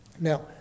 Now